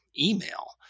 email